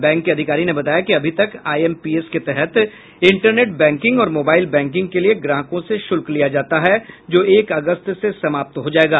bank के अधिकारी ने बताया कि अभी तक आईएमपीएस के तहत इंटरनेट बैंकिंग और मोबाईल बैंकिंग के लिये ग्राहकों से शुल्क लिया जाता है जो एक अगस्त से समाप्त हो जायेगा